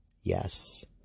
yes